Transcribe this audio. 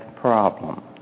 problem